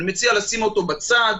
אני מציע לשים אותו בצד.